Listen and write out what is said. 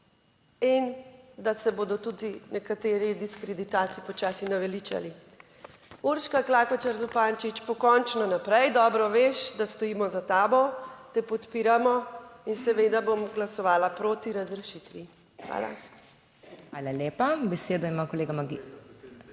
in da se bodo tudi nekateri diskreditacij počasi naveličali. Urška Klakočar Zupančič, pokončno naprej! Dobro veš, da stojimo za tabo, te podpiramo in seveda bom glasovala proti razrešitvi. Hvala. **PODPREDSEDNICA MAG.